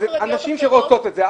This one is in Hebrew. הנשים הן אלה שרוצות את זה.